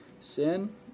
sin